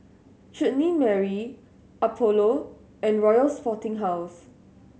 Chutney Mary Apollo and Royal Sporting House